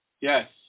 Yes